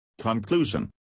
Conclusion